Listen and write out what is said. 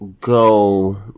go